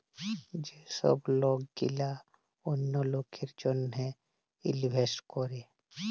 যে ছব লক গিলা অল্য লকের জ্যনহে ইলভেস্ট ক্যরে